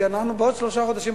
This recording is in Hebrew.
כי אנחנו בעוד שלושה חודשים,